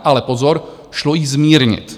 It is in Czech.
Ale pozor, šlo ji zmírnit.